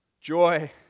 Joy